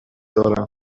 دارم